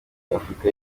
afurika